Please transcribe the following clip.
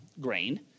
grain